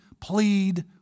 plead